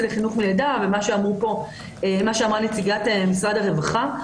לחינוך מלידה ומה שאמרה נציגת משרד הרווחה,